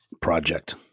project